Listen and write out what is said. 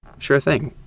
sure thing.